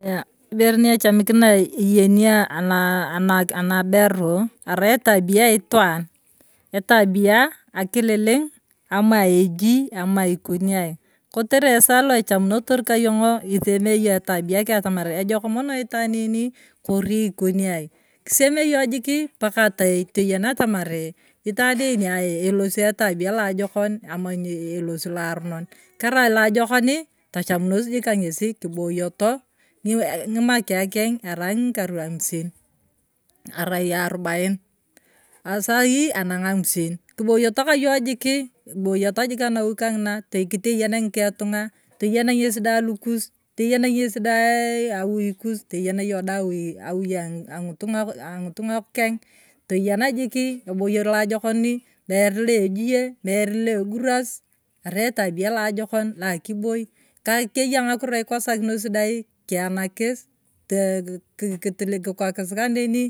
Ibere nyechamikina ana ana anaberu arai etabia aitaan, etabia, akililing ama ejie, ama ikoniay, kotere esa loichamunotor ka yong’o iseme yongo etabia keng’e atamaria, ejoko mono itaan eken ari ikoniay, kiseme yong’o jiki paka toyene atamari itaan enia ee elosia etabia loajikon, ama elosi loaronon, karai loajokoni, tachamunor jik ka ng’esi, kiboyoto, ngimwakia kena arai ng’ikar amisin, arai arubain asai anang’a amisin kiboyoto ka yong’o jiki, kiboyoto jiki anawoi kang’ina kiteyen ng’ike tong’a teyen ng’esi daai lukusi, teyen ng’esi dai awui kus, teyen yong dai awui ang’itung’a kus aking’itung kech toyene jiki eboyer loajokoni mere loejie mere la eburas arai etabia loajokon la akiboi keya ng’akuro ikosokinasi abi kiyanakis, kii kii kite kikokis kaneni,